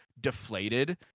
deflated